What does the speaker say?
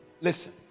Listen